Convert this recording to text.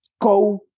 go